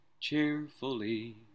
cheerfully